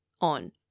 on